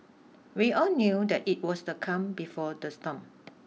we all knew that it was the calm before the storm